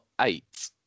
eight